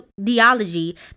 ideology